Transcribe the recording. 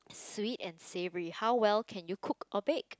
sweet and savoury how well can you cook or bake